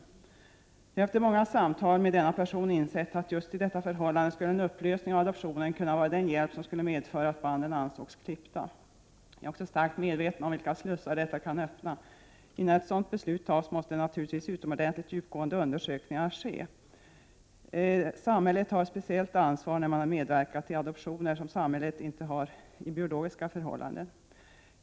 Jag har efter många samtal med denna person insett att i just detta förhållande skulle en upplösning av adoptionen kunna vara den hjälp som skulle medföra att banden ansågs klippta. Jag är också starkt medveten om vilka slussar detta kan öppna. Innan ett sådant beslut fattas måste naturligtvis utomordentligt djupgående undersökningar ske. Samhället har ett speciellt ansvar när man har medverkat i adoptioner, vilket samhället inte har i biologiska förhållanden.